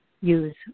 use